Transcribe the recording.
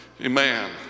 Amen